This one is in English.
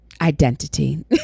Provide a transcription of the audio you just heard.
identity